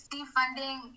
defunding